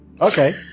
Okay